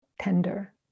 tender